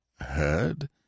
heard